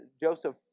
Joseph